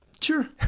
Sure